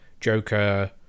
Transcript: Joker